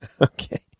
Okay